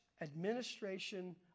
administration